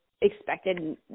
expected